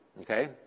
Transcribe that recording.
okay